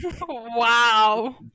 Wow